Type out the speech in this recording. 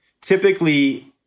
Typically